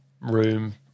room